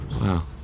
Wow